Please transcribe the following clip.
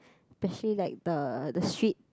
especially like the the street